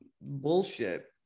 bullshit